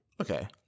Okay